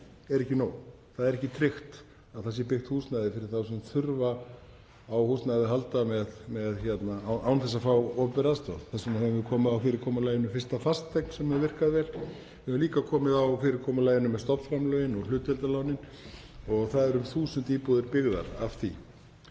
er ekki nóg. Það er ekki tryggt að það sé byggt húsnæði fyrir þá sem þurfa á húsnæði að halda án þess að fá opinbera aðstoð. Þess vegna höfum við komið á fyrirkomulaginu fyrsta fasteign, sem hefur virkað vel. Við höfum líka komið á fyrirkomulaginu með stofnframlögin og hlutdeildarlánin og það eru um 1.000 íbúðir byggðar af því,